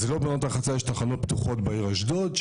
אז לא בעונות רחצה יש תחנות פתוחות בעיר אשדוד,